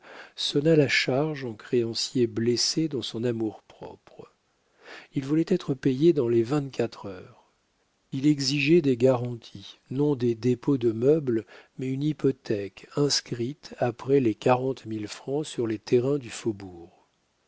sonna la charge en créancier blessé dans son amour-propre il voulait être payé dans les vingt-quatre heures il exigeait des garanties non des dépôts de meubles mais une hypothèque inscrite après les quarante mille francs sur les terrains du faubourg